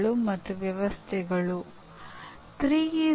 ಅಂದರೆ ನಿರಂತರ ಪ್ರತಿಕ್ರಿಯೆ ನೀಡಬೇಕಾಗಿದೆ